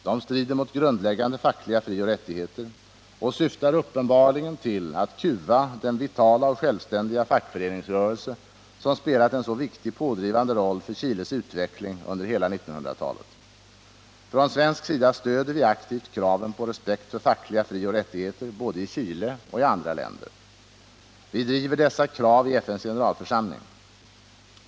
De strider mot grundläggande fackliga frioch rättigheter och syftar uppenbarligen till att kuva den vitala och självständiga fackföreningsrörelse som spelat en så viktig pådri 133 vande roll för Chiles utveckling under hela 1900-talet. Från svensk sida stöder vi aktivt kraven på respekt för fackliga frioch rättigheter både i Chile och i andra länder. Vi driver dessa krav i FN:s generalförsamling.